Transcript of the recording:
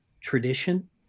tradition